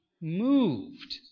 moved